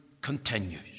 continues